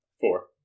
Four